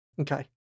Okay